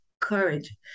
courage